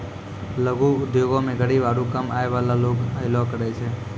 लघु उद्योगो मे गरीब आरु कम आय बाला लोग अयलो करे छै